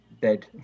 dead